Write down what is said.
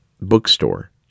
bookstore